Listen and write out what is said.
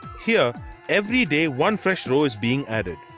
here every day one fresh row is being added.